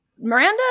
Miranda